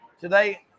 Today